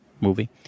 movie